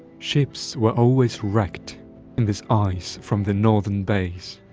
ships were always wrecked in this ice from the northern bays.